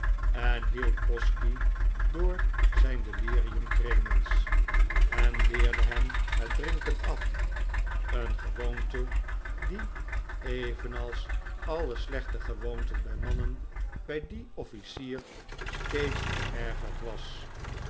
en hielp posky door zijn delirium tremens en leerde hem het drinken af een gewoonte die evenals alle slechte gewoonten bij mannen bij dien officier steeds verergerd was